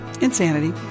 insanity